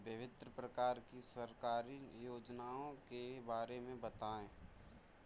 विभिन्न प्रकार की सरकारी योजनाओं के बारे में बताइए?